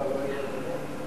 יושבת-ראש האופוזיציה,